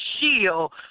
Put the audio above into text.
shield